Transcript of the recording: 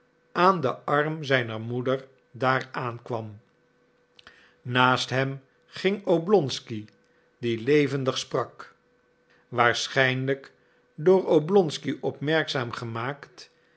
aan den arm zijner moeder daar aankwam naast hem ging oblonsky die levendig sprak waarschijnlijk door oblonsky opmerkzaam gemaakt